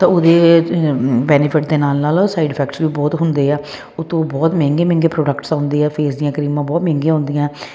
ਤਾਂ ਉਹਦੇ ਮੈਨੂੰ ਬੈਨੀਫਿਟ ਦੇ ਨਾਲ ਨਾਲ ਸਾਈਡ ਇਫੈਕਟ ਬਹੁਤ ਹੁੰਦੇ ਆ ਉਹ ਤੋਂ ਬਹੁਤ ਮਹਿੰਗੇ ਮਹਿੰਗੇ ਪ੍ਰੋਡਕਟਸ ਆਉਂਦੇ ਆ ਤੇ ਫੇਸ ਦੀਆਂ ਕਰੀਮਾਂ ਬਹੁਤ ਮਹਿੰਗੀਆਂ ਹੁੰਦੀਆਂ